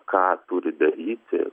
ką turi daryti